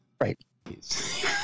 right